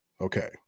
Okay